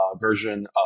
version